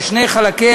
על שני חלקיה.